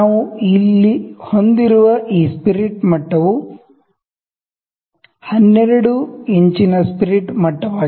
ನಾವು ಇಲ್ಲಿ ಹೊಂದಿರುವ ಈ ಸ್ಪಿರಿಟ್ ಮಟ್ಟವು 12 ಇಂಚಿನ ಸ್ಪಿರಿಟ್ ಮಟ್ಟವಾಗಿದೆ